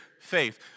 faith